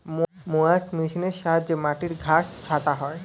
mowers মেশিনের সাহায্যে মাটির ঘাস ছাঁটা হয়